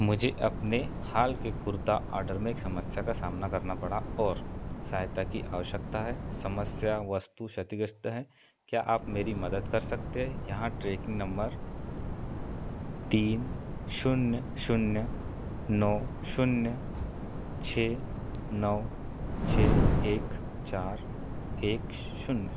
मुझे अपने हाल के कुर्ता आडर में एक समस्या का सामना करना पड़ा और सहायता की आवश्यकता है समस्या वस्तु शतिग्रस्त है क्या आप मेरी मदद कर सकते है यहाँ ट्रेकिंग नम्बर तीन शून्य शून्य नौ शून्य छः नौ छः एक चार एक शून्य